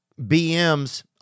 BMs